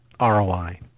ROI